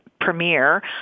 premier